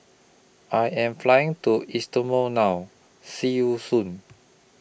I Am Flying to East Timor now See YOU Soon